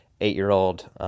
eight-year-old